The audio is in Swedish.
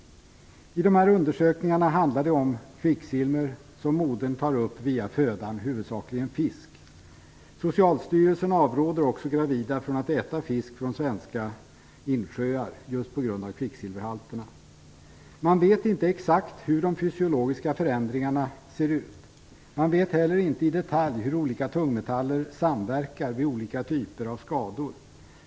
Dessa undersökningar handlar om det kvicksilver som modern tar upp via födan, huvudsakligen fisk. Socialstyrelsen avråder också gravida från att äta fisk från svenska insjöar, just på grund av kvicksilverhalterna. Man känner inte exakt till de fysiologiska förändringarna. Man vet inte heller i detalj hur olika tungmetaller samverkar vid olika typer av skador.